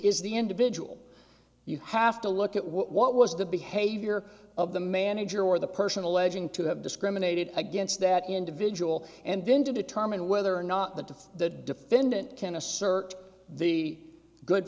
is the individual you have to look at what was the behavior of the manager or the person alleging to have discriminated against that individual and then to determine whether or not the defendant can assert the good